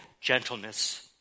gentleness